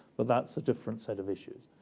but that's a different set of issues.